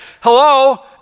hello